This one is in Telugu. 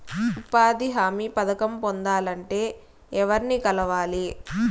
ఉపాధి హామీ పథకం పొందాలంటే ఎవర్ని కలవాలి?